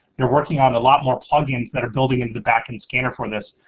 you're working on a lot more plugins that are building into the backend scanner for this.